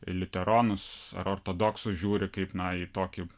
liuteronus ar ortodoksus žiūri kaip na į tokį